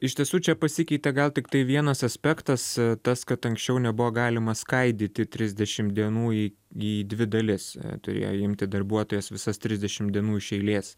iš tiesų čia pasikeitė gal tiktai vienas aspektas tas kad anksčiau nebuvo galima skaidyti trisdešimt dienų į į dvi dalis turėjo imti darbuotojas visas trisdešimt dienų iš eilės